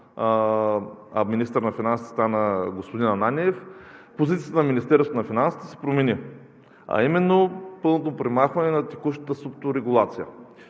министър на финансите стана господин Ананиев, позицията на Министерството на финансите се промени, а именно пълното премахване на текущата СУПТО регулация.